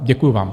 Děkuju vám.